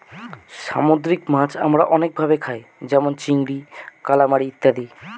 সামুদ্রিক মাছ আমরা অনেক ভাবে খায় যেমন চিংড়ি, কালামারী ইত্যাদি